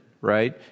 right